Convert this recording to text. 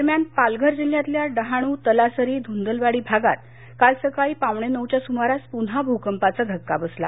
दरम्यान पालघर जिल्ह्यातल्या डहाणू तलासरी धुंदलवाडी भागांत काल सकाळी पाऊणे नऊच्या सुमारास पुन्हा भूकंपाचा धक्का बसला